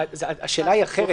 השאלה היא אחרת.